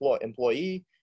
employee